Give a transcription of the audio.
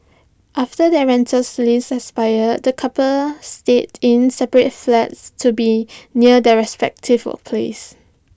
after their rentals lease expired the coupled stayed in separate flats to be near their respective workplaces